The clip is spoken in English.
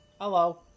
Hello